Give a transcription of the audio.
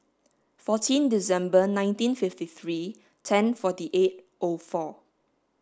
fourteen December nineteen fifty three ten forty eight O four